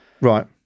Right